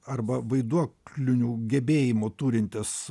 arba vaiduoklinių gebėjimų turintis